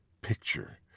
picture